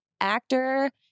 actor